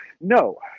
No